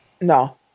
No